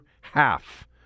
half